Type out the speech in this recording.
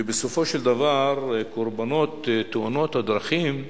ובסופו של דבר קורבנות תאונות הדרכים,